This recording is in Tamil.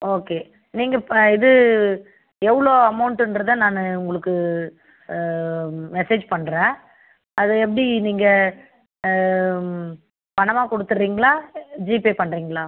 ஓகே நீங்கள் இப்போ இது எவ்வளோ அமௌண்ட்டுன்றதை நான் உங்களுக்கு மெசேஜ் பண்ணுறேன் அது எப்படி நீங்கள் பணமாக கொடுத்துட்றீங்களா ஜிபே பண்ணுறிங்களா